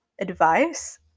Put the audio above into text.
advice